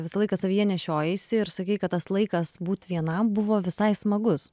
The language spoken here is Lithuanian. visą laiką savyje nešiojaisi ir sakei kad tas laikas būt vienam buvo visai smagus